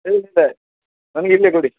sir ನನ್ಗೆ ಇಲ್ಲೇ ಕೊಡಿ